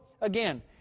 again